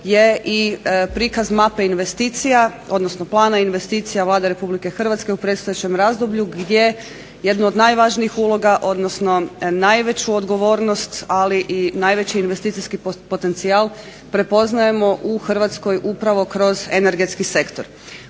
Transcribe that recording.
je i prikaz mape investicija odnosno plana investicija Vlade Republike Hrvatske u predstojećem razdoblju gdje jednu od najvažnijih uloga, odnosno najveću odgovornost ali i najveći investicijski potencijal prepoznajemo u Hrvatskoj upravo kroz energetski sektor.